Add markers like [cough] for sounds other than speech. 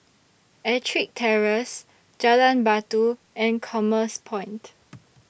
Ettrick Terrace Jalan Batu and Commerce Point [noise]